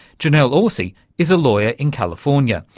janelle orsi is a lawyer in california.